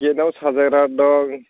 गेटआव साजायग्रा दं